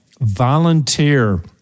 Volunteer